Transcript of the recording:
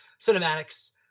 cinematics